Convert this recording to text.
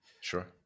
Sure